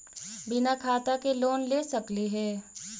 बिना खाता के लोन ले सकली हे?